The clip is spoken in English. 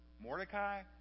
Mordecai